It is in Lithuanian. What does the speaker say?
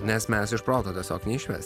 nes mes iš proto tiesiog neišvesim